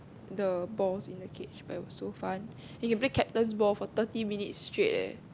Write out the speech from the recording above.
the balls in the cage but it was so fun you can play captain's ball for thirty minutes straight eh